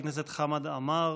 הכנסת חמד עמאר,